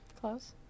close